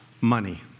money